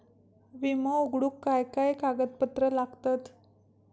विमो उघडूक काय काय कागदपत्र लागतत?